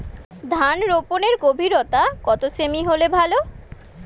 ধান রোপনের গভীরতা কত সেমি হলে ভালো?